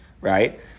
Right